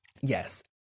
Yes